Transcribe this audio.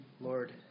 Lord